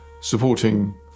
supporting